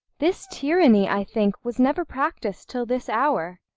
this tyranny, i think, was never practis'd till this hour.